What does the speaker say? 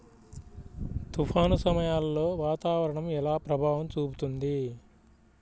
తుఫాను సమయాలలో వాతావరణం ఎలా ప్రభావం చూపుతుంది?